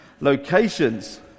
locations